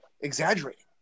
exaggerating